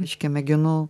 biškį mėginu